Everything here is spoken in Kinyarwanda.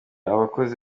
abakozi